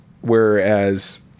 Whereas